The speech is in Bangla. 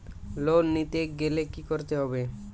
লোন নিতে গেলে কি করতে হবে?